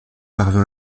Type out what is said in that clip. parvint